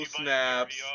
snaps